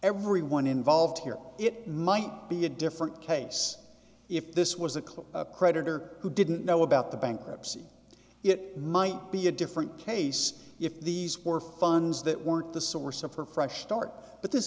everyone involved here it might be a different case if this was a clear creditor who didn't know about the bankruptcy it might be a different case if these were funds that were the source of her fresh start but this